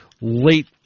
late